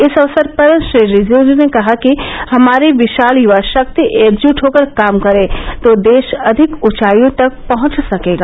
इस अवसर पर श्री रिजिजू ने कहा है कि हमारी विशाल युवा शक्ति एकजूट होकर काम करे तो देश अधिक ऊंचाइयों तक पहुंच सकेगा